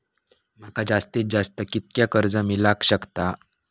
माका जास्तीत जास्त कितक्या कर्ज मेलाक शकता?